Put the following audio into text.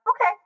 okay